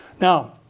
Now